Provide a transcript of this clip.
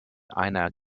einer